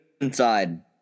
inside